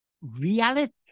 reality